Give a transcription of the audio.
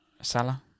Salah